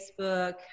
Facebook